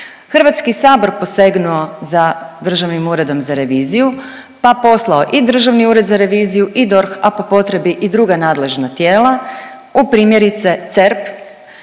Hrvatski sabor posegnuo za Državnim uredom za reviziju pa poslao i Državni ured za reviziju i DORH a po potrebi i druga nadležna tijela u primjerice CERP,